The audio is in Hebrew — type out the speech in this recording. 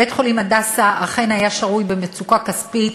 בית-חולים "הדסה" אכן היה שרוי במצוקה כספית,